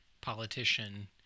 politician